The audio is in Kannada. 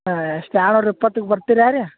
ಎಷ್ಟು ಎರಡು ನೂರ ಇಪ್ಪತ್ತಕ್ಕೆ ಬರ್ತೀರಾ ರೀ